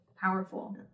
powerful